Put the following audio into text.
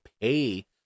pay